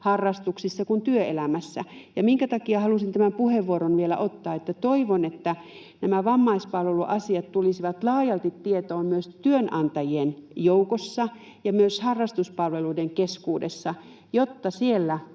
harrastuksissa kuin työelämässä. Sen takia halusin tämän puheenvuoron vielä ottaa, että toivon, että nämä vammaispalveluasiat tulisivat laajalti tietoon myös työnantajien joukossa ja myös harrastuspalveluiden keskuudessa, jotta siellä